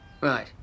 Right